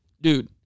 dude